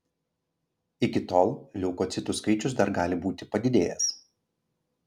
iki tol leukocitų skaičius dar gali būti padidėjęs